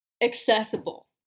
accessible